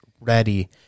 ready